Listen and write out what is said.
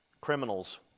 criminals